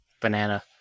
Banana